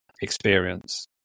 experience